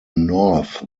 north